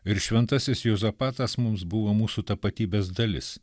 ir šventasis juozapatas mums buvo mūsų tapatybės dalis